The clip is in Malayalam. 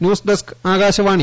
news desk Akashvani